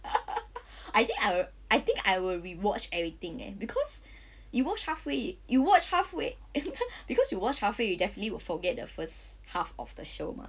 I think I will I think I will rewatch everything eh because you watch halfway you watch halfway because you watch halfway you definitely will forget the first half of the show mah